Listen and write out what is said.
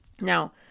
Now